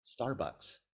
Starbucks